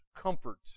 comfort